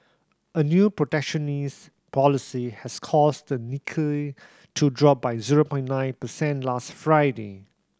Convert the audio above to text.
a new protectionist policy has caused the Nikkei to drop by zero point nine percent last Friday